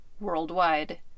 worldwide